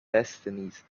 destinies